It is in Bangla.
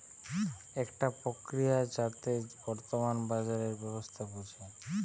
একটা প্রক্রিয়া যাতে বর্তমান বাজারের ব্যবস্থা বুঝে